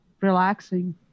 relaxing